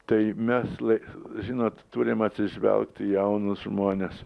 tai mes lai žinot turim atsižvelgt į jaunus žmones